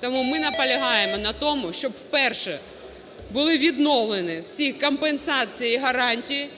Тому ми наполягаємо на тому, щоб, перше, були відновлені всі компенсації і гарантії,